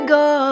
go